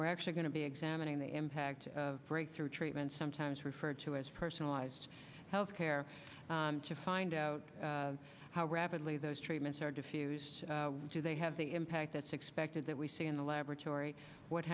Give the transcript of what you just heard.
we're actually going to be examining the impact of breakthrough treatments sometimes referred to as personalized health care to find out how rapidly those treatments are diffused do they have the impact that's expected that we see in the laboratory what